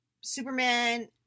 Superman